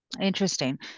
interesting